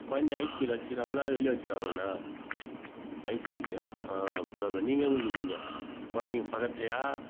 கொழந்தைய ஐஸ்க்யுவில் வெச்சுருக்காங்களா வெளியே வெச்சுருக்காங்களாண்ணா ஐஸ்க்யுலேயா பரவாயில்ல நீங்கள் எங்கே இருக்கிறீங்க கொழந்தைக்கு பக்கத்துலேயா